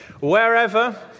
Wherever